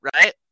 right